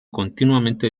continuamente